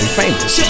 famous